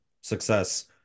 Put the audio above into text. success